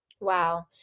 Wow